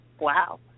Wow